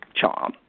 charm